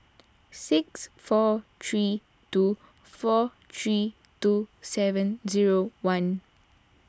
six four three two four three two seven zero one